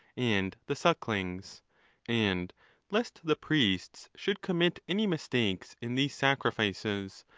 and the sucklings and lest the priests should commit any mistakes in these sacrifices,